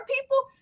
people